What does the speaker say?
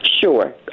Sure